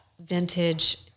vintage